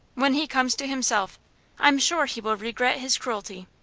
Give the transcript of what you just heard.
when he comes to himself i am sure he will regret his cruelty.